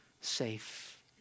safe